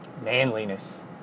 Manliness